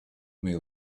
may